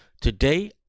Today